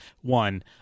one